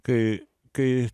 kai kai